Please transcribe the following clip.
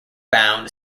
bound